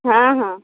ହଁ ହଁ